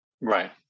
Right